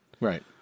Right